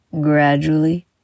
Gradually